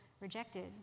rejected